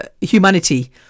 humanity